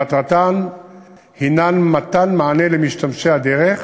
שמטרתן הנה מתן מענה למשתמשי הדרך,